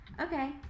okay